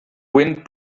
wind